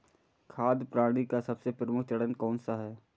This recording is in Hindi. खाद्य प्रणाली का सबसे प्रमुख चरण कौन सा है?